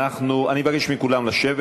אני מבקש מכולם לשבת.